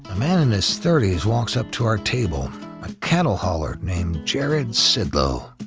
a man in his thirties walks up to our table a cattle hauler named jared sidlo.